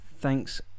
thanks